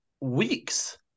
weeks